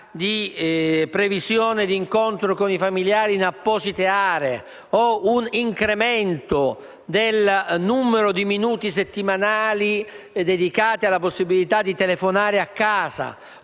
di terzi o di incontro con i familiari in apposite aree e la previsione di un incremento del numero di minuti settimanali dedicati alla possibilità di telefonare casa